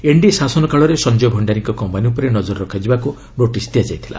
NDA ଶାସନ କାଳରେ ସଞ୍ଜୟ ଭଣ୍ଡାରୀଙ୍କ କମ୍ପାନୀ ଉପରେ ନଜର ରଖାଯିବାକୁ ନୋଟିସ୍ ଦିଆଯାଇଥିଲା